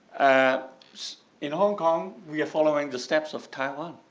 ah in hong kong, we are following the steps of taiwan.